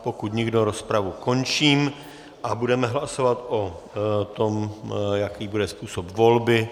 Pokud nikdo, rozpravu končím a budeme hlasovat o tom, jaký bude způsob volby.